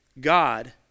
God